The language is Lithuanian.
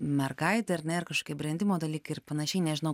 mergaitė ar ne ir kažkokie brendimo dalykai ir panašiai nežinau